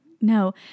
No